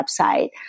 website